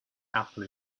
apple